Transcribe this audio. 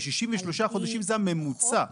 ה-63 חודשים זה הממוצע.